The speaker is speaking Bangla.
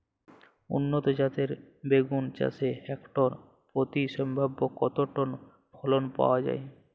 উন্নত জাতের বেগুন চাষে হেক্টর প্রতি সম্ভাব্য কত টন ফলন পাওয়া যায়?